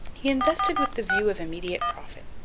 he invested with the view of immediate profit.